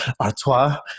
Artois